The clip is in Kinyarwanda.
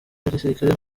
gisirikare